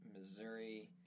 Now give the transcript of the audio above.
Missouri